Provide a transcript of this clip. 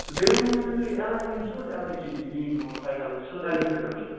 تہٕ بیٚیہِ وٕنہِ مَو مےٚ تُہۍ ایٚل آی ویٖل چھُو حظ ایٚل آی ویٖل بیٖنگ ہیوٗمَن سایِکَل یُس حظ ایٚلَکٹِرکَل چھِ